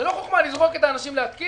זאת לא חוכמה לזרוק את האנשים להתקין